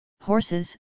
horses